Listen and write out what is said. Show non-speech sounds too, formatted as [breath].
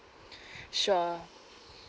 [breath] sure